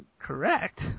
Correct